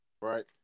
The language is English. Right